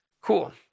Cool